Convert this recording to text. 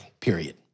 period